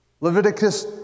Leviticus